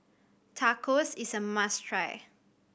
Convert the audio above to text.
tacos is a must try